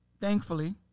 Thankfully